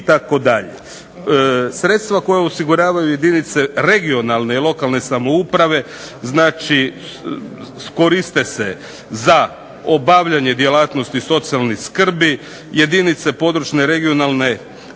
Sredstva koja osiguravaju jedinice regionalne i lokalne samouprave znači koriste se za obavljanje djelatnosti socijalne skrbi. Jedinice područne, regionalne obvezne